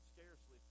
Scarcely